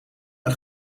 een